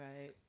Right